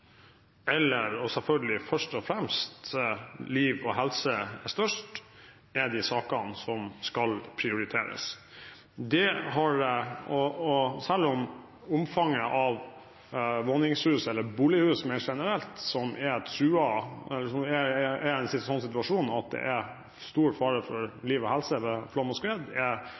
eller – og selvfølgelig først og fremst – liv og helse er størst, er de sakene som skal prioriteres. Selv om omfanget av våningshus, eller bolighus mer generelt, som er i en sånn situasjon at det er stor fare for liv og helse ved flom og skred, er begrenset, er det totale omfanget av etterslepet når det gjelder sikring mot flom og skred,